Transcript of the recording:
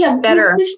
better